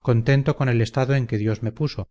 contento con el estado en que dios me puso